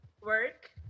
work